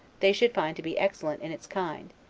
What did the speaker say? they should find to be excellent in its kind,